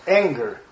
anger